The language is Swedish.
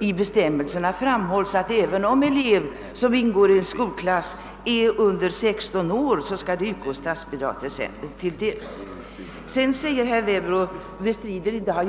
I bestämmelserna framhålls det helt enkelt att statsbidrag skall utgå även för elev i skolklass som är under 16 år.